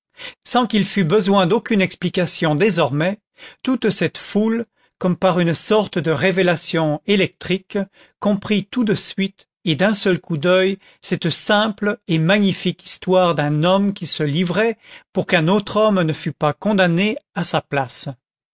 sans qu'il fût besoin d'aucune explication désormais toute cette foule comme par une sorte de révélation électrique comprit tout de suite et d'un seul coup d'oeil cette simple et magnifique histoire d'un homme qui se livrait pour qu'un autre homme ne fût pas condamné à sa place